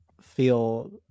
feel